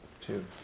Two